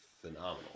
phenomenal